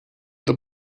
the